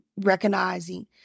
recognizing